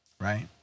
Right